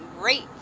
great